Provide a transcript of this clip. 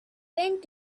went